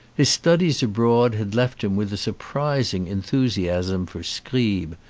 his studies abroad had left him with a surprising enthusiasm for scribe,